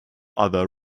other